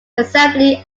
assembly